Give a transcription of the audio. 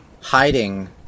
hiding